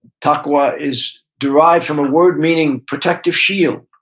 taqwa is derived from a word meaning protective shield.